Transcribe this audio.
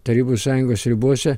tarybų sąjungos ribose